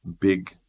big